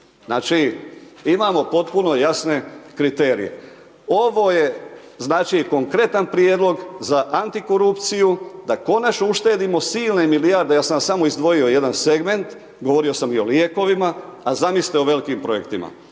Znači, imamo potpuno jasne kriterije. Ovo je znači konkretan prijedlog za antikorupciju da konačno uštedimo silne milijarde, ja sam vam samo izdvojio jedan segment, govorio sam i o lijekovima, a zamislite o velikim projektima.